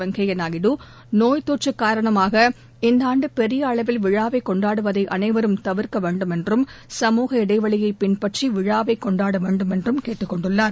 வெங்கைய நாயுடு நோய் தொற்று காரணமாக இந்த ஆண்டு பெரிய அளவில் விழாவை கொண்டாடுவதை அனைவரும் தவிர்க்க வேண்டுமென்றும் சமூக இடைவெளியை பின்பற்றி விழாவை கொண்டாட வேண்டுமென்றும் கேட்டுக் கொண்டுள்ளார்